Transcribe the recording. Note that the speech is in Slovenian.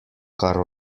kar